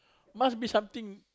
must be something